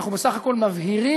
אנחנו בסך הכול מבהירים.